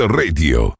radio